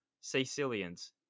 Sicilians